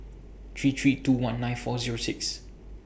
three three two one nine four Zero six